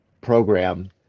program